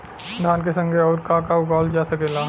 धान के संगे आऊर का का उगावल जा सकेला?